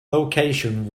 location